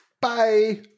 Bye